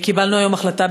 קיבלנו היום החלטה,